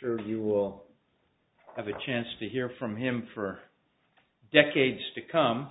sure you will have a chance to hear from him for decades to come